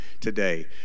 today